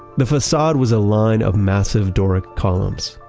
the facade was a line of massive doric columns.